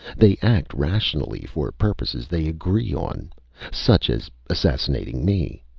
they act rationally for purposes they agree on such as assassinating me.